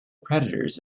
predators